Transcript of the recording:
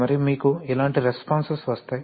మరియు మీకు ఇలాంటి రెస్పొన్సెస్లు వస్తాయి